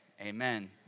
Amen